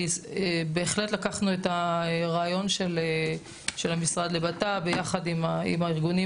בהחלט לקחנו את הרעיון של המשרד לבט"פ ביחד עם הארגונים,